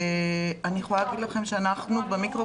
ואני יכולה להגיד לכם שאנחנו במיקרו